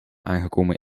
aangekomen